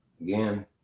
again